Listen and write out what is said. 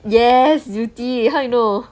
yes zeal tee how you know